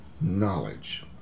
knowledge